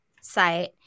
site